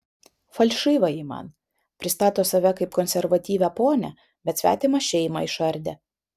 falšyva ji man pristato save kaip konservatyvią ponią bet svetimą šeimą išardė